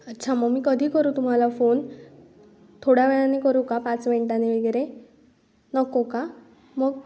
अच्छा मग मी कधी करू तुम्हाला फोन थोड्या वेळाने करू का पाच मिनिटांनी वगैरे नको का मग